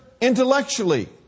intellectually